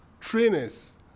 trainers